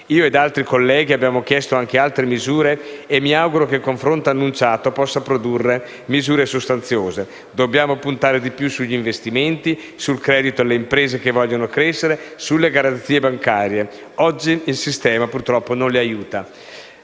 Io ed altri colleghi abbiamo chiesto anche altre misure e mi auguro che il confronto annunciato possa produrre misure sostanziose. Dobbiamo puntare di più sugli investimenti, sul credito alle imprese che vogliono crescere, sulle garanzie bancarie; oggi, purtroppo, il sistema